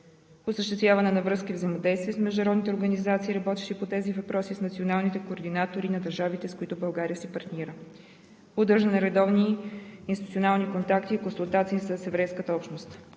осъществяване на връзки и взаимодействие с международните организации, работещи по тези въпроси, с националните координатори на държавите, с които България си партнира; поддържане на редовни институционални контакти и консултации с еврейската общност;